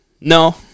No